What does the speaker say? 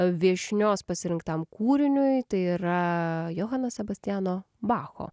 viešnios pasirinktam kūriniui tai yra johano sebastiano bacho